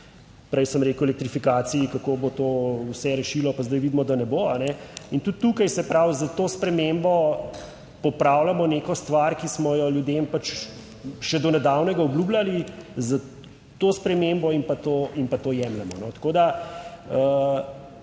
prej sem rekel, elektrifikaciji, kako bo to vse rešilo, pa zdaj vidimo, da ne bo, a ne. In tudi tukaj, se pravi s to spremembo popravljamo neko stvar, ki smo jo ljudem pač še do nedavnega obljubljali s to spremembo in pa to in pa